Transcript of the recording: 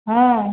ହଁ